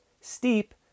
steep